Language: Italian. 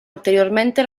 ulteriormente